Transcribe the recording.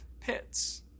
pits